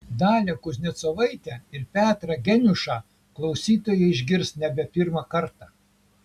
dalią kuznecovaitę ir petrą geniušą klausytojai išgirs nebe pirmą kartą